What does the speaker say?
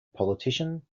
politician